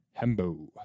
Hembo